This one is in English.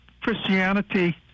Christianity